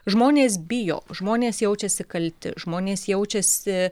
žmonės bijo žmonės jaučiasi kalti žmonės jaučiasi